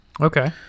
Okay